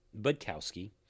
Budkowski